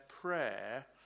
prayer